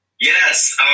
Yes